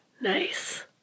Nice